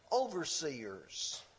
overseers